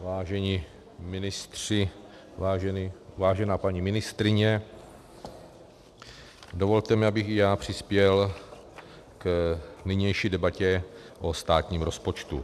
Vážení ministři, vážená paní ministryně, dovolte mi, abych i já přispěl k nynější debatě o státním rozpočtu.